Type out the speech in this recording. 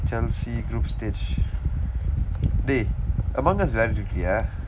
chelsea group stage dey among us விளையாடிட்டு இருக்கிறியா:vilayaditdu irukkiriyaa